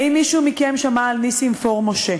האם מישהו מכם שמע על נסים פור משה?